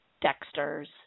Dexter's